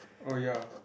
oh ya